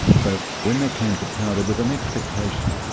so when they came to power there was an expectation,